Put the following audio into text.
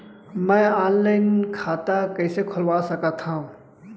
मैं ऑनलाइन खाता कइसे खुलवा सकत हव?